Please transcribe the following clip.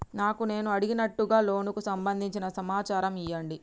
నాకు నేను అడిగినట్టుగా లోనుకు సంబందించిన సమాచారం ఇయ్యండి?